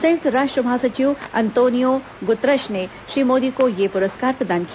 संयुक्त राष्ट्र महासचिव अंतोनियो गुतरश ने श्री मोदी को यह पुरस्कार प्रदान किया